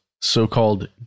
so-called